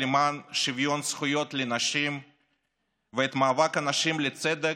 למען שוויון זכויות לנשים ואת מאבק הנשים לצדק,